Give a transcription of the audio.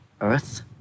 Earth